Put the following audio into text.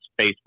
Facebook